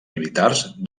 militars